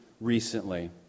recently